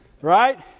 Right